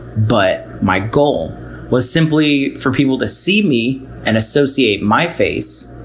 but my goal was simply for people to see me and associate my face,